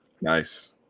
Nice